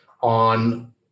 on